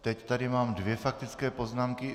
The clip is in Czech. Teď tady mám dvě faktické poznámky.